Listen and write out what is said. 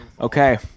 Okay